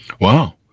Wow